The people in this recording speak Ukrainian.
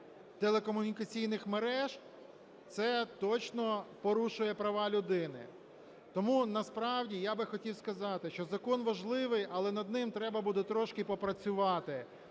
телекомунікаційних мереж, це точно порушує права людини. Тому насправді я би хотів сказати, що закон важливий, але над ним треба буде трошки попрацювати,